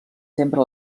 sempre